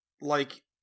like-